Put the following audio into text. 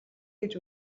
гэж